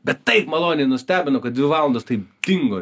bet taip maloniai nustebino kad dvi valandos taip dingo